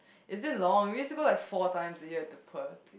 is it long we used to go like four times a year at the Perth